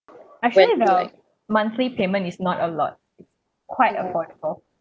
actually the monthly payment is not a lot quite affordable